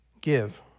give